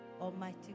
Almighty